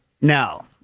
No